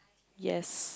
yes